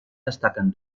destaquen